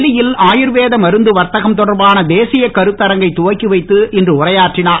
டெல்லியில் ஆயுர்வேத மருந்து வர்த்தகம் தொடர்பான தேசிய கருத்தரங்கை துவக்கி வைத்து இன்று உரையாற்றினார்